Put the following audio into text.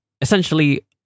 essentially